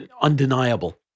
undeniable